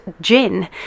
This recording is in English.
gin